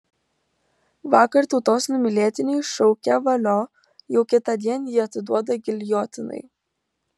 vakar tautos numylėtiniui šaukę valio jau kitądien jį atiduoda giljotinai